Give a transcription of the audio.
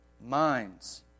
minds